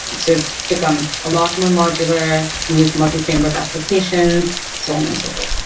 and so it's become a lot more modular, can use multi framework applications, so on and so forth.